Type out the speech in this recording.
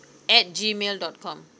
at gmail dot com